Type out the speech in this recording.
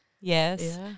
Yes